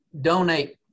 donate